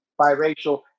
biracial